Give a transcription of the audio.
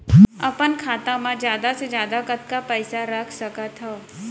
अपन खाता मा जादा से जादा कतका पइसा रख सकत हव?